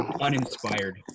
uninspired